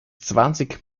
zwanzig